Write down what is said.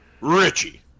Richie